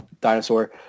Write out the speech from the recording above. dinosaur –